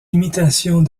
imitations